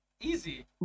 Easy